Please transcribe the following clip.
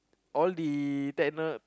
all the techno